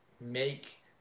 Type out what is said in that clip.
make